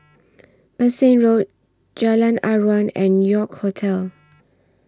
Bassein Road Jalan Aruan and York Hotel